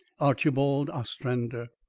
archibald ostrander.